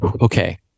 okay